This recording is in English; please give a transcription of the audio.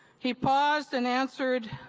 he paused and answered